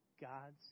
God's